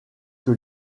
que